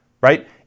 right